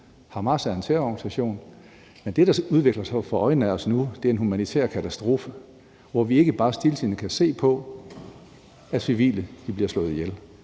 Hamas er en terrororganisation. Men det, der udvikler sig for øjnene af os nu, er en humanitær katastrofe, hvor vi ikke bare stiltiende kan se på, at civile bliver slået ihjel.